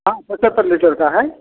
हाँ पचहत्तर लीटर का है